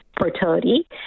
fertility